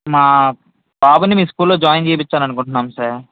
మా బాబుని మీ స్కూల్లో జాయిన్ చేపించాలి అనుకుంటున్నాము సార్